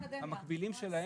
במדינה,